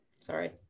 Sorry